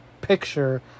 Picture